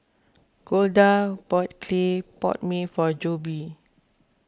Golda bought Clay Pot Mee for Jobe